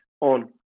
on